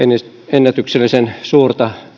ennätyksellisen suurta